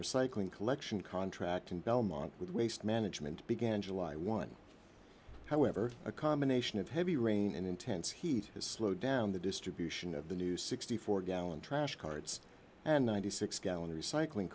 recycling collection contract in belmont with waste management began july one however a combination of heavy rain and intense heat has slowed down the distribution of the new sixty four gallon trash cards and ninety six gallon recycling